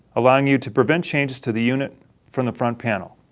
allowing you to prevent changes to the unit from the front panel.